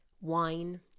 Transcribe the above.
wine